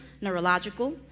neurological